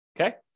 Okay